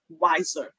wiser